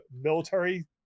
military